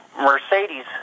Mercedes